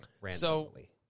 randomly